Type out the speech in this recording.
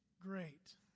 great